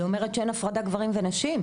היא אומרת שאין הפרדה גברים ונשים.